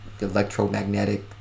electromagnetic